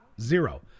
Zero